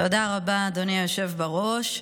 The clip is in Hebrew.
תודה רבה, אדוני היושב בראש.